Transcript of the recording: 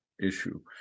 issue